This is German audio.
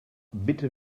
bitte